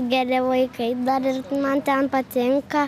geri vaikai dar ir man ten patinka